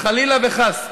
חלילה וחס.